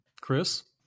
Chris